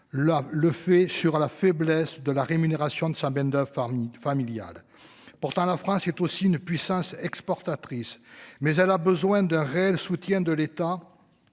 le fait sur la faiblesse de la rémunération de sa Ben-Dov Harmid familiale. Pourtant la France est aussi une puissance exportatrice. Mais elle a besoin d'un réel soutien de l'État.